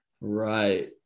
Right